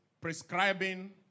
prescribing